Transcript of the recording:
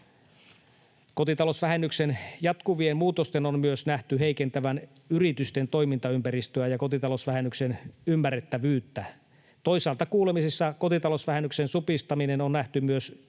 Kotitalousvähennyksen jatkuvien muutosten on myös nähty heikentävän yritysten toimintaympäristöä ja kotitalousvähennyksen ymmärrettävyyttä. Toisaalta kuulemisissa kotitalousvähennyksen supistaminen on nähty myös hyvänä